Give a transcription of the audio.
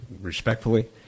respectfully